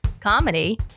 comedy